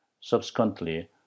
subsequently